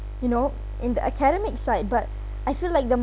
you know in the academic side but I feel like the